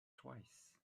twice